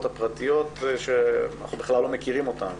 הפרטיות שאנחנו בכלל לא מכירים אותן,